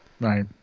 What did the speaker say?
Right